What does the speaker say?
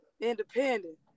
Independent